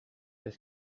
est